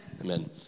Amen